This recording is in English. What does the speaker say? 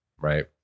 right